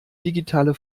digitale